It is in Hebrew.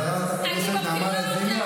חברת הכנסת נעמה לזימי,